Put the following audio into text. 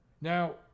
Now